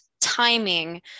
timing